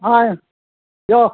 हय यो